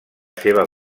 seva